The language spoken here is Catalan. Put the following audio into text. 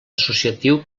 associatiu